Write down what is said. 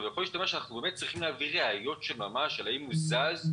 שאנחנו באמת צריכים להביא ראיות של ממש האם הוא זז.